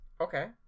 Okay